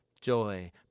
joy